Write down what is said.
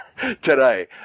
today